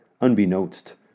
unbeknownst